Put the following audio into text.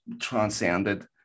transcended